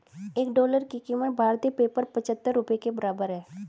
एक डॉलर की कीमत भारतीय पेपर पचहत्तर रुपए के बराबर है